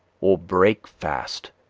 or break fast,